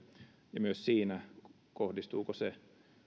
ja myös siinä kohdistuuko se